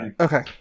Okay